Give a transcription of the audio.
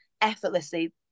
effortlessly